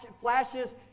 flashes